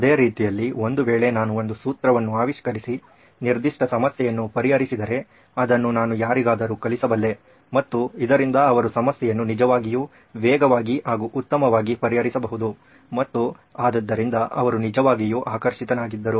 ಅದೇ ರೀತಿಯಲ್ಲಿ ಒಂದು ವೇಳೆ ನಾನು ಒಂದು ಸೂತ್ರವನ್ನು ಆವಿಷ್ಕರಿಸಿ ನಿರ್ದಿಷ್ಟ ಸಮಸ್ಯೆಯನ್ನು ಪರಿಹರಿಸಿದ್ದರೆ ಅದನ್ನು ನಾನು ಯಾರಿಗಾದರೂ ಕಲಿಸಬಲ್ಲೆ ಮತ್ತು ಇದರಿಂದ ಅವರು ಸಮಸ್ಯೆಯನ್ನು ನಿಜವಾಗಿಯೂ ವೇಗವಾಗಿ ಹಾಗೂ ಉತ್ತಮವಾಗಿ ಪರಿಹರಿಸಬಹುದು ಮತ್ತು ಆದ್ದರಿಂದ ಅವರು ನಿಜವಾಗಿಯೂ ಆಕರ್ಷಿತನಾಗಿದ್ದರು